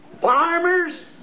farmers